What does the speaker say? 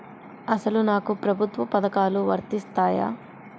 అసలు నాకు ప్రభుత్వ పథకాలు వర్తిస్తాయా?